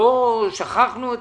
לא שכחנו אתכם.